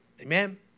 amen